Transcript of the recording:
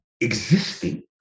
existing